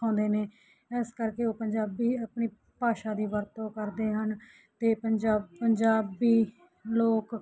ਸਿਖਾਉਂਦੇ ਨੇ ਇਸ ਕਰਕੇ ਉਹ ਪੰਜਾਬੀ ਆਪਣੀ ਭਾਸ਼ਾ ਦੀ ਵਰਤੋਂ ਕਰਦੇ ਹਨ ਅਤੇ ਪੰਜਾ ਪੰਜਾਬੀ ਲੋਕ